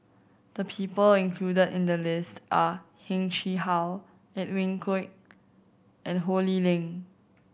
the people included in the list are Heng Chee How Edwin Koek and Ho Lee Ling